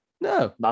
No